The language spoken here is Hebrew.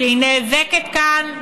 שהיא נאבקת כאן,